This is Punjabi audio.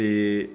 ਅਤੇ